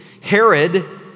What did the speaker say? Herod